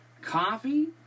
coffee